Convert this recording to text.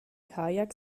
kajak